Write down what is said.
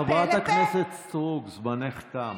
חברת הכנסת סטרוק, זמנך תם.